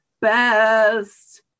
best